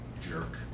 Jerk